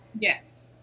Yes